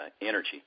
energy